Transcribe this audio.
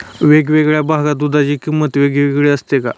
वेगवेगळ्या भागात दूधाची किंमत वेगळी असते का?